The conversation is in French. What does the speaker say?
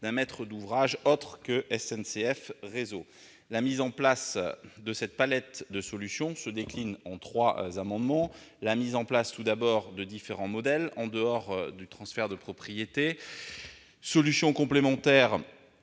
d'un maître d'ouvrage autre que SNCF Réseau. Cette palette de solutions se décline en trois amendements : la mise en place de différents modèles, en dehors du transfert de propriété ; une solution complémentaire,